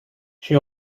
she